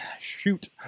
Shoot